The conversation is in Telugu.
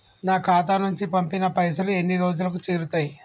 నా ఖాతా నుంచి పంపిన పైసలు ఎన్ని రోజులకు చేరుతయ్?